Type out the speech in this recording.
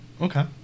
Okay